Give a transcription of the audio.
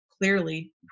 clearly